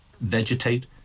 vegetate